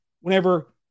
whenever